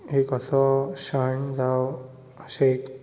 एक असो क्षण जावं अशें एक